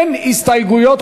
אין הסתייגויות,